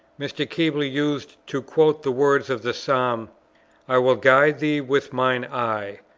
mr. keble used to quote the words of the psalm i will guide thee with mine eye.